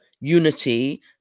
unity